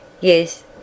Yes